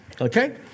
Okay